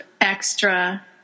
extra